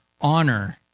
honor